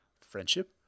Friendship